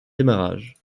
démarrage